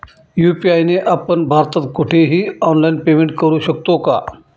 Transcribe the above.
UPI ने आपण भारतात कुठेही ऑनलाईन पेमेंट करु शकतो का?